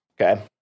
okay